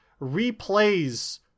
replays